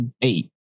Eight